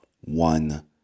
one